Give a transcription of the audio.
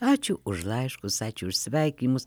ačiū už laiškus ačiū už sveikinimus